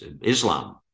Islam